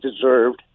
deserved